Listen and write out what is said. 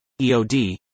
EOD